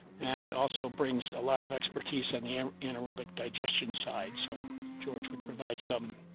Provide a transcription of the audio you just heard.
and also brings a lot of expertise and the um anaerobic digestion side. so george would provide some.